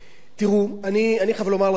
תראו, אני חייב לומר לכם,